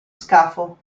scafo